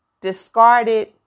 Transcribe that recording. discarded